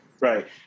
Right